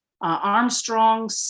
Armstrong